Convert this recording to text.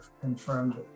confirmed